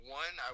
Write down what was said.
one